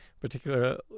particular